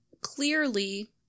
clearly